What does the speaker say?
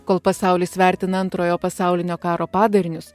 kol pasaulis vertina antrojo pasaulinio karo padarinius